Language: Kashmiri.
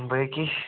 باقٕے